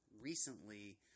recently